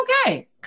Okay